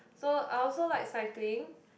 so I also like cycling